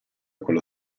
quello